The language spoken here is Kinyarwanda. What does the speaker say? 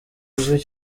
uzwi